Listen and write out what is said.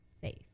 safe